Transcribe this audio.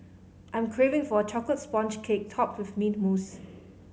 I am craving for a chocolate sponge cake topped with mint mousse